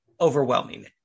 overwhelming